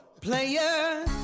Player